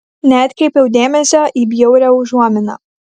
neatkreipiau dėmesio į bjaurią užuominą